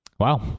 Wow